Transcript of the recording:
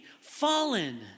Fallen